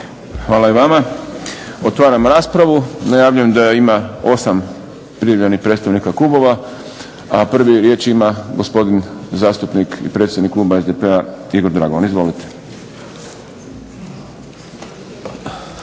Hvala i vama. Otvaram raspravu. Najavljujem da ima 8 prijavljenih predstavnika klubova. Prvi riječ ima gospodin zastupnik i predsjednik kluba SDP-a Igor Dragovan. Izvolite.